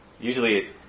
usually